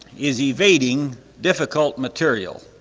is evading difficult material,